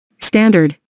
Standard